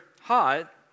hot